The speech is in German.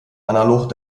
analog